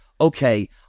okay